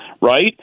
right